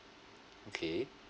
okay